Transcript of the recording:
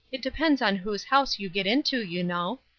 it depends on whose house you get into, you know.